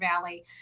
Valley